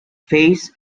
face